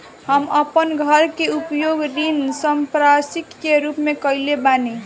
हम अपन घर के उपयोग ऋण संपार्श्विक के रूप में कईले बानी